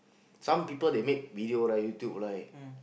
some people they make video right YouTube right